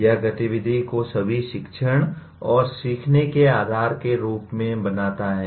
यह गतिविधि को सभी शिक्षण और सीखने के आधार के रूप में बनाता है